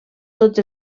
tots